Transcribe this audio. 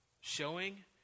showing